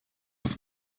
auf